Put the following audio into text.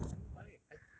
不明白 I d~